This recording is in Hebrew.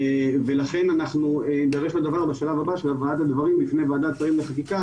לכן אנחנו ניערך לדבר בשלב הבא של הבאת הדברים בפני ועדת שרים לחקיקה.